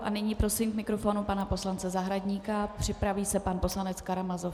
A nyní prosím k mikrofonu pana poslance Zahradníka, připraví se pan poslanec Karamazov.